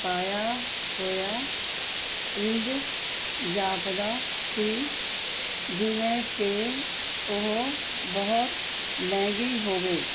ਪਾਇਆ ਹੋਇਆ ਇੰਝ ਜਾਪਦਾ ਸੀ ਜਿਵੇਂ ਕਿ ਉਹ ਬਹੁਤ ਮਹਿੰਗੀ ਹੋਵੇ